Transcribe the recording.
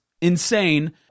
insane